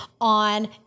on